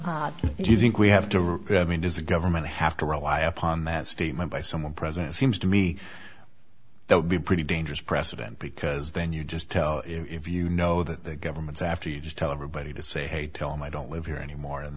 and you think we have to repeat i mean does the government have to rely upon that statement by someone present it seems to me that would be pretty dangerous precedent because then you just tell if you know that the government's after you just tell everybody to say hey tell me i don't live here anymore and